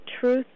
truth